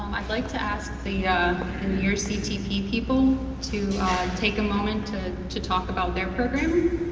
um i'd like to ask the and near ctp people, to take a moment to to talk about their program.